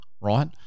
right